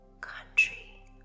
country